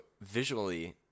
visually